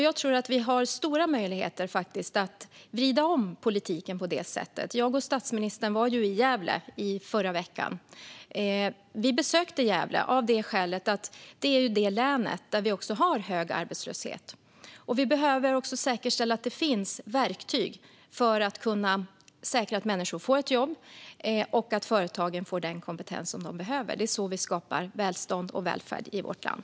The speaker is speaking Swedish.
Jag tror att vi har stora möjligheter att vrida om politiken. Jag och statsministern var i Gävle i förra veckan. Vi besökte Gävle av det skälet att det är ett län med hög arbetslöshet. Vi behöver säkerställa att det finns verktyg för att kunna säkra att människor får ett jobb och att företagen får den kompetens som de behöver. Det är så vi skapar välstånd och välfärd i vårt land.